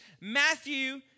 Matthew